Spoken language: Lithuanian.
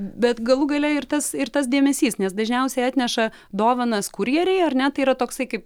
bet galų gale ir tas ir tas dėmesys nes dažniausiai atneša dovanas kurjeriai ar ne tai yra toksai kaip